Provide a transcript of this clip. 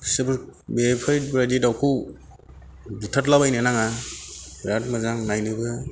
बिसोरबो बेफोरबादि दाउखौ बुथारलाबायनो नाङा बिराद मोजां नायनोबो